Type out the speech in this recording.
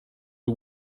who